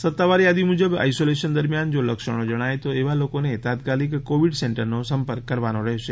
સત્તાવાર યાદી મુજબ આઈશોલેશન દરમ્યાન જો લક્ષણો જણાય તો એવા લોકોને તાત્કાલિક કોવિડ સેન્ટરનો સંપર્ક કરવાનો રહેશે